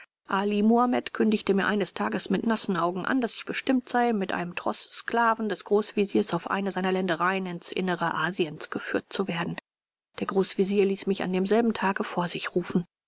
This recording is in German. ali muhamed kündigte mir eines tages mit nassen augen an daß ich bestimmt sei mit einem troß sklaven des großveziers auf eine seiner ländereien in's innere asiens geführt zu werden der großvezier ließ mich an demselben tage vor sich rufen